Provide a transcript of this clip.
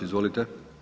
Izvolite.